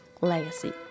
Legacy